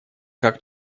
как